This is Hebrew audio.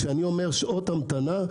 כשאני אומר שעות המתנה,